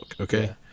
okay